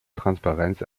transparenz